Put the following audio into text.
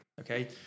okay